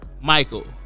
Michael